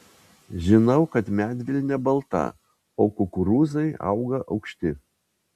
žinau kad medvilnė balta o kukurūzai auga aukšti